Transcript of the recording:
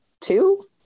two